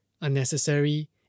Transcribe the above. unnecessary